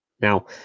Now